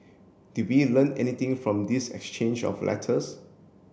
did we learn anything from this exchange of letters